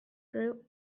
group